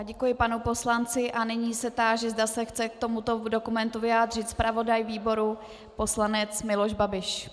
Děkuji panu poslanci a nyní se táži, zda se chce k tomuto dokumentu vyjádřit zpravodaj výboru poslanec Miloš Babiš.